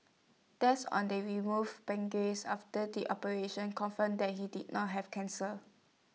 tests on the removed pancreas after the operation confirmed that he did not have cancer